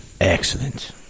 Excellent